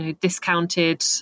discounted